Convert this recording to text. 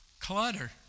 clutter